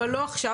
אבל לא עכשיו.